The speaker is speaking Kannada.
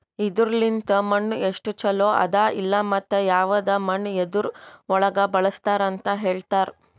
ಇದುರ್ ಲಿಂತ್ ಮಣ್ಣು ಎಸ್ಟು ಛಲೋ ಅದ ಇಲ್ಲಾ ಮತ್ತ ಯವದ್ ಮಣ್ಣ ಯದುರ್ ಒಳಗ್ ಬಳಸ್ತಾರ್ ಅಂತ್ ಹೇಳ್ತಾರ್